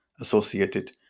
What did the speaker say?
associated